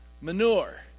Manure